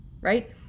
right